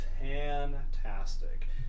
fantastic